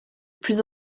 plus